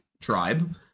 tribe